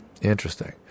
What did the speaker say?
Interesting